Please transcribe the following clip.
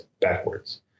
backwards